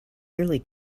nearly